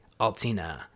Altina